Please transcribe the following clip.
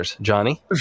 Johnny